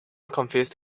confused